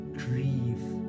grieve